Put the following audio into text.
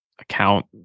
account